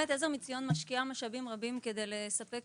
׳עזר מציון׳ משקיעה משאבים רבים כדי לספק